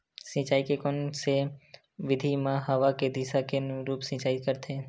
सिंचाई के कोन से विधि म हवा के दिशा के अनुरूप सिंचाई करथे?